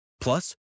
Plus